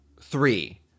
three